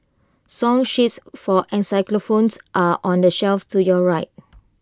song sheets for phones are on the shelf to your right